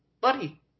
buddy